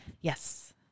Yes